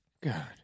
God